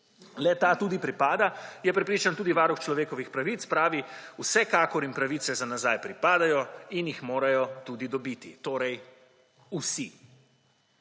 le-ta tudi pripada, je prepričan tudi Varuh človekov pravic. Pravi: »Vsekakor jim pravice za nazaj pripadajo in jih morajo tudi dobiti.« Torej vsi.